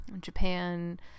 Japan